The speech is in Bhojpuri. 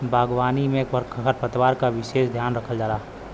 बागवानी में खरपतवार क विसेस ध्यान रखल जाला